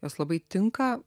jos labai tinka